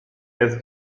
jest